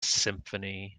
symphony